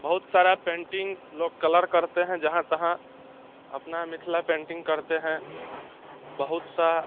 बहुत सारा पेंटिंग लोग कलर करते हैं जहाँ तहाँ अपना मिथिला पेंटिंग करते हैं बहुत सा